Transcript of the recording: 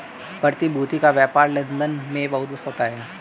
प्रतिभूति का व्यापार लन्दन में बहुत होता है